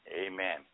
Amen